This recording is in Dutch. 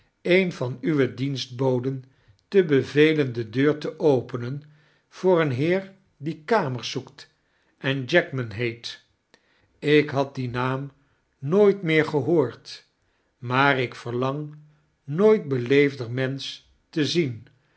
een van uwe dienstboden te bevelen de deur te openen voor een heer die kamers zoekt en jackman heet ik had dien naam nooit meer gehoord maar ik verlang nooit beleefder mensch te zien